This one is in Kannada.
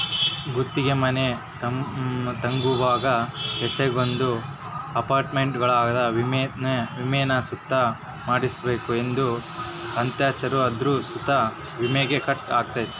ಗುತ್ತಿಗೆ ಮನೆ ತಗಂಬುವಾಗ ಏಸಕೊಂದು ಅಪಾರ್ಟ್ಮೆಂಟ್ಗುಳಾಗ ವಿಮೇನ ಸುತ ಮಾಡ್ಸಿರ್ಬಕು ಏನೇ ಅಚಾತುರ್ಯ ಆದ್ರೂ ಸುತ ವಿಮೇಗ ಕಟ್ ಆಗ್ತತೆ